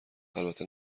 البته